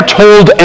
told